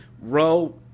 Row